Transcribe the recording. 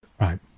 right